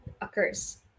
occurs